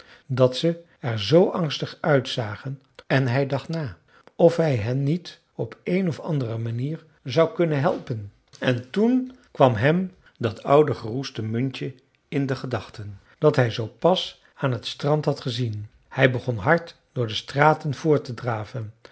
dat ze er z angstig uitzagen en hij dacht na of hij hen niet op een of andere manier zou kunnen helpen en toen kwam hem dat oude geroeste muntje in de gedachten dat hij zoo pas aan het strand had gezien hij begon hard door de straten voort te draven